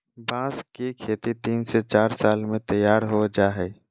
बांस की खेती तीन से चार साल में तैयार हो जाय हइ